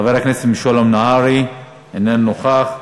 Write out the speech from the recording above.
חבר הכנסת משולם נהרי, איננו נוכח,